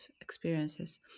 experiences